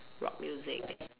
rock music